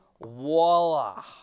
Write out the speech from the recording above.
voila